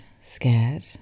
scared